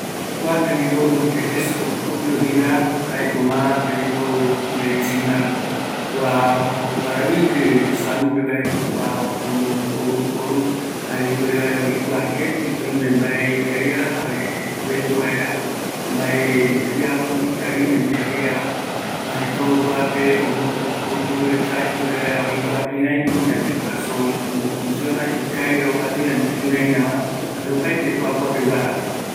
Kua tembiporu jaeko oiporu salud pe oparavɨkɨ vareta, jokoropi jaereta oyapɨjaka, oimeko ketɨ mbaetɨ oyendu kaviava, kuarupi oikua reta ikavi rako öi ñane chorokoko oiva, ikavi rako oguata öiva